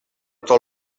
tot